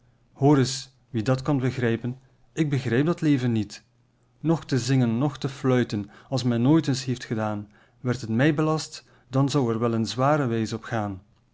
hoor eens wie dat kan begrijpen ik begrijp dat leven niet nog te zingen nog te fluiten als men nooit eens heeft gedaan werd het mij belast dan zou er wel een zware wijs op gaan